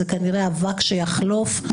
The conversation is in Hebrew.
זה כנראה אבק שיחלוף.